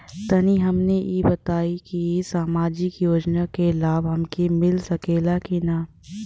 तनि हमके इ बताईं की सामाजिक योजना क लाभ हमके मिल सकेला की ना?